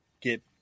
get